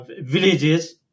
villages